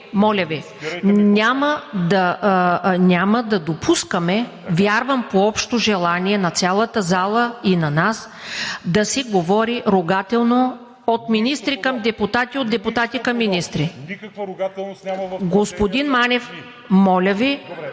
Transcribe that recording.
моля Ви! Няма да допускаме, вярвам по общо желание на цялата зала и на нас, да се говори ругателно от министри към депутати, от депутати към министри! (Ораторът продължава